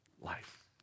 life